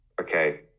okay